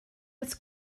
els